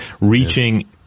reaching